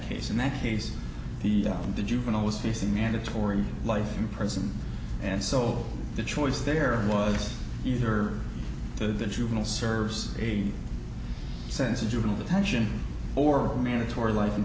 case in that case the juvenile was facing mandatory life in prison and so the choice there was use or the juvenile serves a sense in juvenile detention or mandatory life in